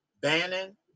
Bannon